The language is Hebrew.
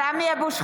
(קוראת בשמות חבר הכנסת) סמי אבו שחאדה,